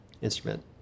instrument